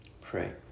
pray